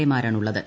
A മാരാണ് ഉള്ളത്